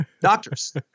doctors